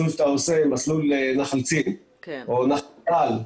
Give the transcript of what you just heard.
מסלול שאתה עושה בנחל צין או נחל טל,